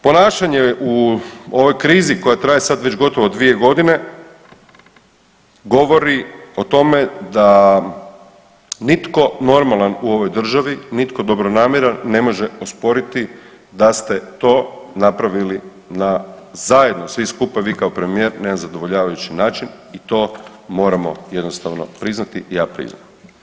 Ponašanje u ovoj krizi koja traje sad već gotovo dvije godine govori o tome da nitko normalan u ovoj državi, nitko dobronamjeran ne može osporiti da ste to napravili na zajedno svi skupa vi kao premijer na nezadovoljavajući način i to moramo jednostavno priznati i ja priznam.